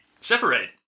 separate